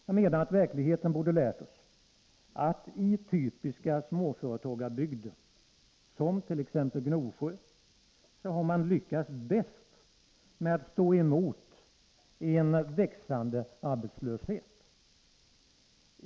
Jag menar att verkligheten borde ha lärt oss att man i typiska småföretagarbygder — som t.ex. i Gnosjö — har lyckats bäst med att stå emot en växande arbetslöshet.